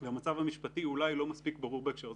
והמצב המשפטי אולי לא מספיק ברור בהקשר הזה,